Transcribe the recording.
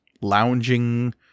lounging